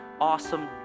Awesome